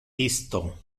isto